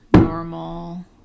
normal